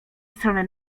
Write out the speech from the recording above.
strony